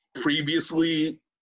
previously